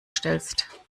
stellst